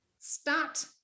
start